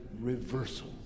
reversal